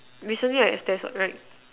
recently I have test what right